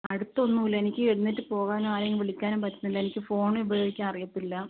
അടുത്തൊന്നും ഇല്ല എനിക്ക് എഴുന്നേറ്റ് പോവാനോ ആരെയും വിളിക്കാനും പറ്റുന്നില്ല എനിക്ക് ഫോൺ ഉപയോഗിക്കാൻ അറിയില്ല